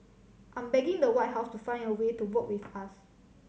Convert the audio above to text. I'm begging the White House to find a way to work with us